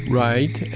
right